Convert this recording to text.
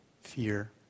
fear